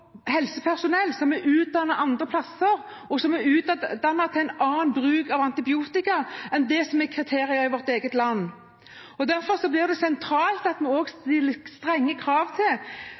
utdannet andre plasser og som er utdannet til annen bruk av antibiotika enn det som er kriteriene i vårt land. Derfor blir det sentralt også å stille strenge krav til